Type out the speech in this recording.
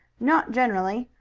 not generally.